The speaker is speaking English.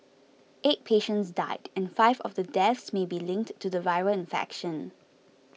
eight patients died and five of the deaths may be linked to the viral infection